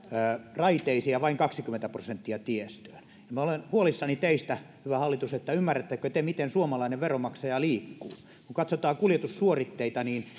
raiteisiin ja vain kaksikymmentä prosenttia tiestöön minä olen huolissani teistä hyvä hallitus siitä ymmärrättekö te miten suomalainen veronmaksaja liikkuu kun katsotaan kuljetussuoritteita niin